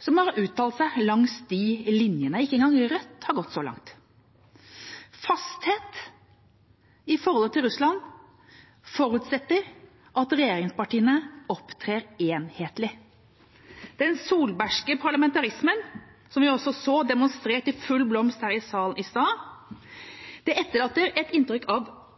som har uttalt seg langs de linjene. Ikke engang Rødt har gått så langt. Fasthet i forhold til Russland forutsetter at regjeringspartiene opptrer enhetlig. Den solbergske parlamentarismen, som vi også så demonstrert i full blomst her i salen i stad, etterlater et inntrykk av